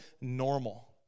normal